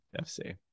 FC